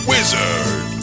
Wizard